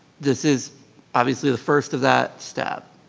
this is obviously the first of that step.